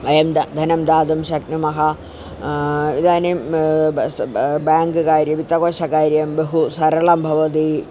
वयं द धनं दातुं शक्नुमः इदानीं बेङ्क् कार्यं वित्तकोशकार्यं बहु सरलं भवति